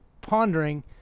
pondering